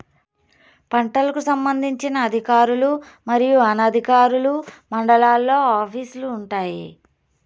పంటలకు సంబంధించిన అధికారులు మరియు అనధికారులు మండలాల్లో ఆఫీస్ లు వుంటాయి?